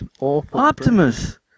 Optimus